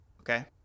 Okay